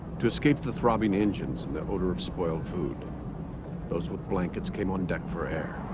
to escape the throbbing engines in the odor of spoiled food those with blankets came on deck ferrer